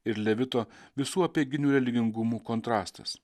ir levito visų apeiginių religingumų kontrastas